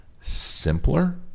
simpler